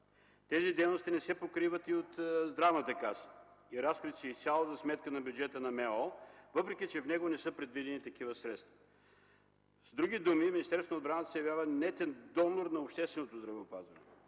Тези дейности не се покриват и от Здравната каса и разходите са изцяло за сметка на бюджета на Министерството на отбраната, въпреки че в него не са предвидени такива средства. С други думи Министерството на отбраната се явява нетен донор на общественото здравеопазване.